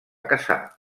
casar